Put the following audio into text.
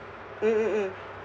mm mm mm